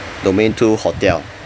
domain two hotel